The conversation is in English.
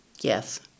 Yes